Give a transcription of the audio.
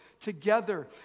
together